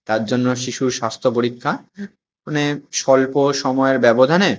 তার জন্য শিশুর স্বাস্থ্য পরীক্ষা মানে স্বল্প সময়ের ব্যবধানে